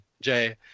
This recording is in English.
jay